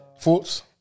Thoughts